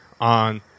on